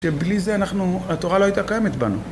שבלי זה התורה אנחנו - לא הייתה קיימת בנו.